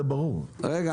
זה ברור,